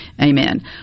Amen